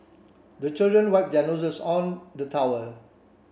the children wipe their noses on the towel